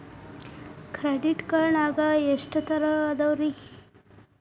Credit card ನಾಗ ಎಷ್ಟು ತರಹ ಇರ್ತಾವ್ರಿ?